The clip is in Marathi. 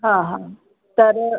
हं हां तर